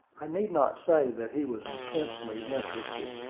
i need not say that he was intensely interested.